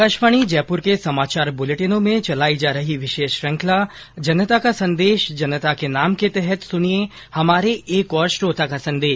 आकाशवाणी जयपुर के समाचार बुलेटिनों में चलाई जा रही विशेष श्रुखंला जनता का संदेश जनता के नाम के तहत सुनिये हमारे एक श्रोता का संदेश